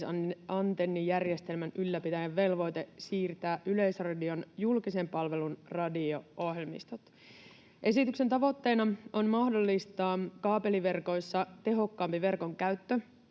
yhteisantennijärjestelmän ylläpitäjän velvoite siirtää Yleisradion julkisen palvelun radio-ohjelmistot. Esityksen tavoitteena on mahdollistaa kaapeliverkoissa tehokkaampi verkon käyttö